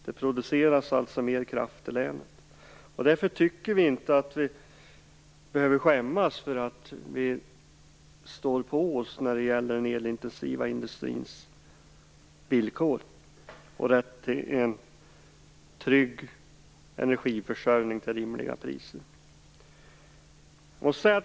Det produceras alltså mer kraft i länet. Därför tycker vi inte att vi behöver skämmas för att vi står på oss när det gäller den elintensiva industrins villkor och rätt till en trygg energiförsörjning till rimliga priser.